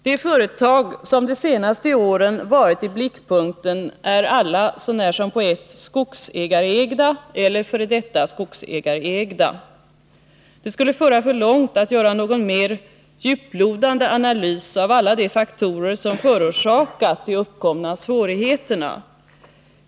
De företag som de senaste åren varit i blickpunkten är alla — så när som på ett — skogsägarägda eller f. d. skogsägarägda. Det skulle föra för långt att göra någon mer djuplodande analys av alla de faktorer som förorsakat de uppkomna svårigheterna.